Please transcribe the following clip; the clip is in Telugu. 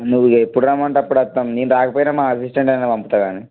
నువ్వు ఎప్పుడు రమ్మంటే అప్పుడు వస్తాం నేను రాకపోయినా మా అసిస్టెంట్ అయినా పంపుతా గానీ